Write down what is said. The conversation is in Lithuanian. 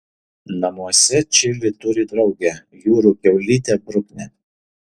namuose čili turi draugę jūrų kiaulytę bruknę